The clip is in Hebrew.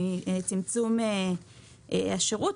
מצמצום השירות,